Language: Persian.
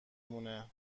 مونه